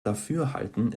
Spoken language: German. dafürhalten